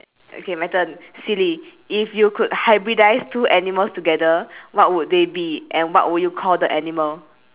okay my turn silly if you could hybridize two animals together what would they be and what would you call the animal